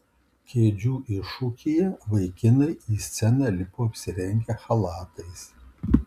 kėdžių iššūkyje vaikinai į sceną lipo apsirengę chalatais